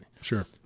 Sure